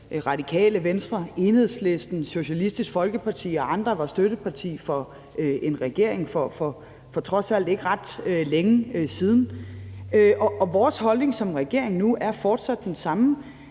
Radikale Venstre, Enhedslisten, Socialistisk Folkeparti og andre var støtteparti for en regering for trods alt ikke ret længe siden. Vores holdning som regering nu er fortsat den samme.